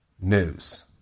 news